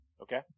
Okay